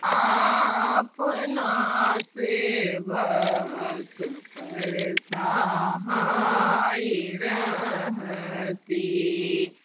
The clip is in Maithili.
आपना सेबकपर सहाय रहती